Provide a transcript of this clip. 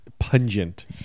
pungent